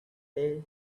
lay